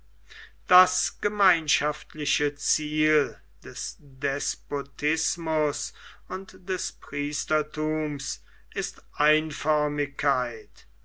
das gemeinschaftliche ziel des despotismus und des priesterthums ist einförmigkeit